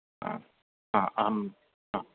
हा अ आम् हा